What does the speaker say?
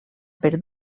per